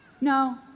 no